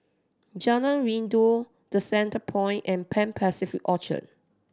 Jalan Rindu The Centrepoint and Pan Pacific Orchard